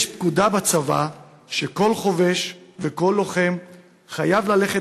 יש פקודה בצבא שכל חובש וכל לוחם חייב ללכת